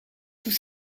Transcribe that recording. tout